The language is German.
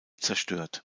zerstört